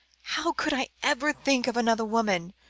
how could i ever think of another woman,